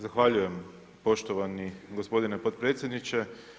Zahvaljujem poštovani gospodine potpredsjedniče.